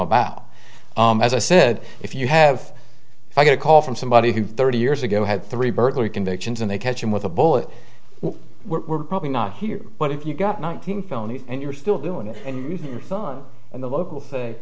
about as i said if you have i got a call from somebody who thirty years ago had three berkeley convictions and they catch him with a bullet we're probably not here but if you've got nineteen felonies and you're still doing it and you're using your son and the local say